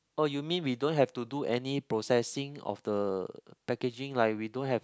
oh you mean we don't have to do any processing of the packaging like we don't have